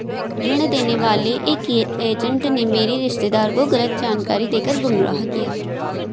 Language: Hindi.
ऋण देने वाले एक एजेंट ने मेरे रिश्तेदार को गलत जानकारी देकर गुमराह किया